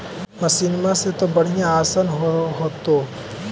मसिनमा से तो बढ़िया आसन हो होतो?